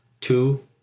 Two